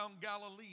Galilee